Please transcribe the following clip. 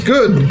Good